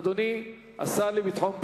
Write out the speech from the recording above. אדוני השר לביטחון פנים,